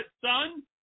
son